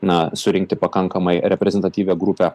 na surinkti pakankamai reprezentatyvią grupę